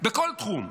בכל תחום.